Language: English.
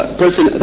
person